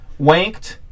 wanked